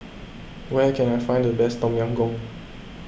where can I find the best Tom Yam Goong